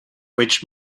which